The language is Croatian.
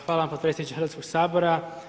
Hvala vam podpredsjedniče Hrvatskog sabora.